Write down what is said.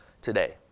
today